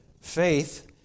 faith